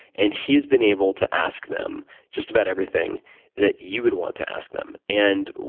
and he's been able to ask them just about everything that you would want to ask them. and